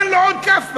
תן לו עוד כאפה.